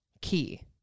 key